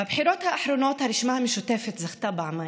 בבחירות האחרונות הרשימה המשותפת זכתה פעמיים,